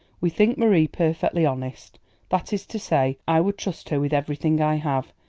we think marie perfectly honest that is to say, i would trust her with everything i have,